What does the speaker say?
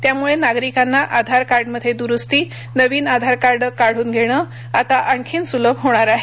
त्यामुळे नागरिकांना आधारकार्ड मध्ये दुरुस्ती नवीन आधारकार्ड काढून घेणं आता आणखीन सुलभ होणार आहे